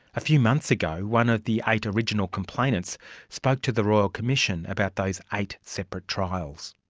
a few months ago, one of the eight original complainants spoke to the royal commission about those eight separate trials.